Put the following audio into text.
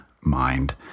mind